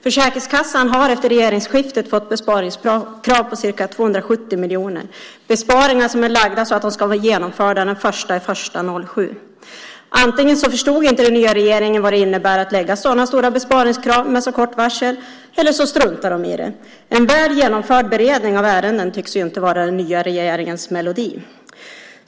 Försäkringskassan har efter regeringsskiftet fått besparingskrav på ca 270 miljoner - besparingar som är lagda så att de ska vara genomförda den 1 januari 2007. Antingen förstod inte den nya regeringen vad det innebär att ställa sådana stora besparingskrav med så kort varsel eller också struntade man i det. En väl genomförd beredning av ärenden tycks inte vara den nya regeringens melodi.